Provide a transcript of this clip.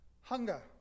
Hunger